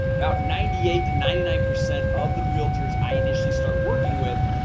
about ninety eight to ninety nine percent of the realtors i initially start working with,